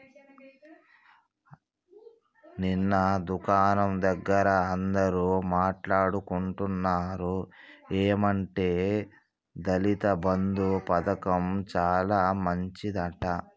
నిన్న దుకాణం దగ్గర అందరూ మాట్లాడుకుంటున్నారు ఏమంటే దళిత బంధు పథకం చాలా మంచిదట